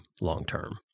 long-term